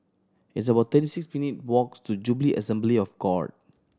it's about thirty six minute walks to Jubilee Assembly of God